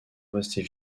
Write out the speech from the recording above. restée